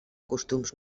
costums